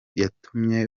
yatumye